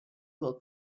will